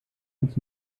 als